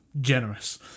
generous